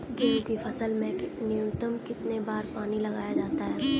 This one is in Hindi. गेहूँ की फसल में न्यूनतम कितने बार पानी लगाया जाता है?